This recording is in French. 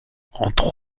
entre